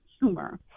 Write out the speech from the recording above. humor